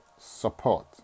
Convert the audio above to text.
support